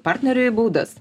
partneriui baudas